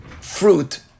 fruit